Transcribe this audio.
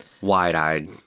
wide-eyed